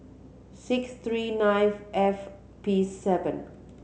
six three nine F P seven